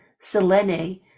Selene